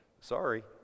Sorry